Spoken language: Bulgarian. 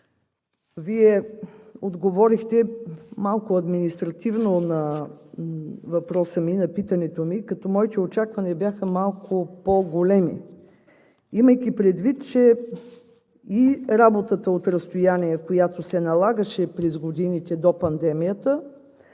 Вие отговорихте малко административно на въпроса ми, на питането ми, като моите очаквания бяха малко по-големи. Имайки предвид, че и работата от разстояние, която се налагаше през годините до пандемията,